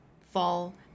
fall